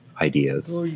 ideas